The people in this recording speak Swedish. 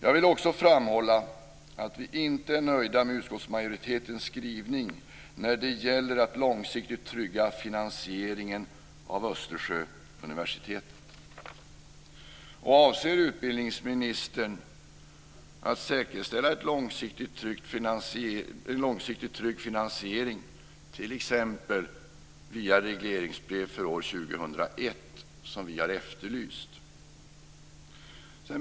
Jag vill också framhålla att vi inte är nöjda med utskottsmajoritetens skrivning när det gäller att långsiktigt trygga finansieringen av Östersjöuniversitetet. Avser utbildningsministern att säkerställa en långsiktig trygg finansiering, t.ex. via regleringsbrev för år 2001, som vi har efterlyst?